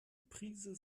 prise